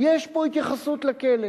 יש פה התייחסות לכלא.